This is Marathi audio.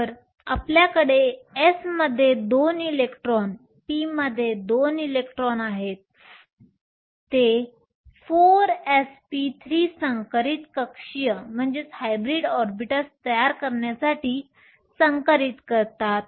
तर आपल्याकडे s मध्ये दोन इलेक्ट्रॉन p मध्ये दोन इलेक्ट्रॉन आहेत ते 4sp3 संकरित कक्षीय तयार करण्यासाठी संकरित करतात